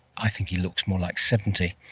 i think he looks more like seventy.